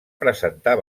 presentar